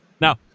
Now